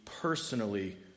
personally